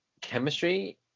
chemistry